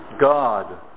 God